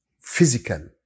physical